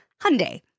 Hyundai